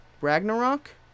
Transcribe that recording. Ragnarok